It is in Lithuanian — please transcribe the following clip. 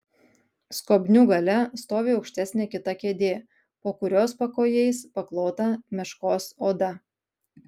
skobnių gale stovi aukštesnė kita kėdė po kurios pakojais paklota meškos oda